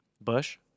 Bush